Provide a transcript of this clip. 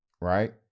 right